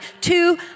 two